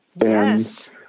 Yes